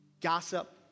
gossip